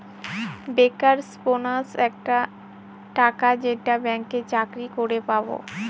bankers bonus একটা টাকা যেইটা ব্যাঙ্কে চাকরি করে পাবো